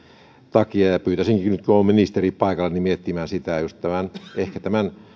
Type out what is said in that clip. takia pyytäisinkin nyt kun on ministeri paikalla miettimään ehkä just tämän